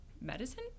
medicine